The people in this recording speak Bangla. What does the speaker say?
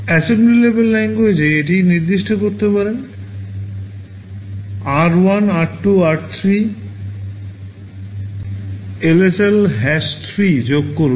assembly language level এ এটি নির্দিষ্ট করতে পারেন r1 r2 r3 LSL 3 যোগ করুন